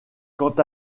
quant